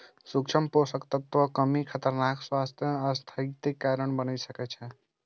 सूक्ष्म पोषक तत्वक कमी खतरनाक स्वास्थ्य स्थितिक कारण बनि सकै छै